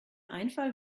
einfall